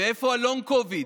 ואיפה ה-Long COVID,